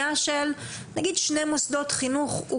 הסוגיה של שלושה חודשים היא